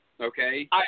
Okay